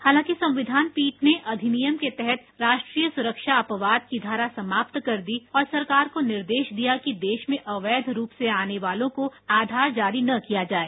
हालांकि संविधान पीठ ने अधिनियम के तहत राष्ट्रीय सुरक्षा अपवाद की धारा समाप्त कर दी और सरकार को निर्देश दिया कि देश में अवैध रूप से आने वालों को आधार जारी न किया जाये